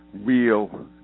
real